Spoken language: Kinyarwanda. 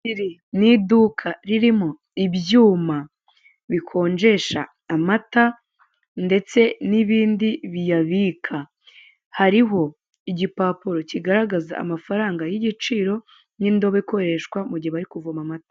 Iri ni iduka ririmo ibyuma bikonjesha amata, ndetse n'ibindi biyabika. Hariho igipapuro kigaragaza amafaranga y'igiciro, n'indobo ikoreshwa mu gihe bari kuvoma amata.